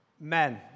men